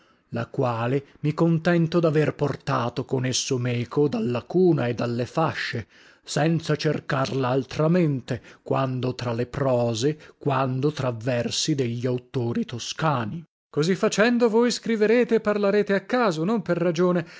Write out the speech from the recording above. la quale mi con tento daver portato con esso meco dalla cuna e dalle fasce senza cercarla altramente quando tra le prose quando tra versi degli auttori toscani bem così facendo voi scriverete e parlarete a caso non per ragione